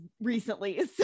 recently